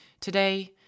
Today